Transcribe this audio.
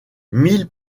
mille